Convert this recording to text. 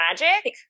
magic